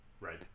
Right